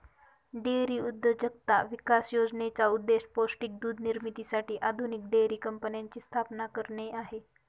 dairy उद्योजकता विकास योजनेचा उद्देश पौष्टिक दूध निर्मितीसाठी आधुनिक डेअरी कंपन्यांची स्थापना करणे आहे